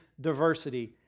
diversity